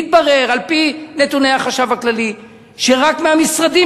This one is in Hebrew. התברר על-פי נתוני החשב הכללי שרק מהמשרדים